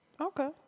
Okay